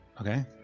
Okay